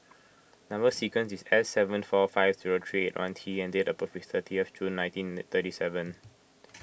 Number Sequence is S seven four five zero three T and date of birth is thirty F June nineteen thirty seven